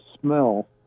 smell